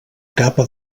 capa